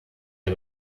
der